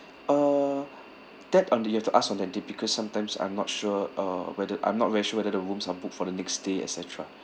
uh that on the you have to ask on that d~ because sometimes I'm not sure uh whether I'm not very sure whether the rooms are booked for the next day et cetera